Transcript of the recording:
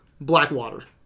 Blackwater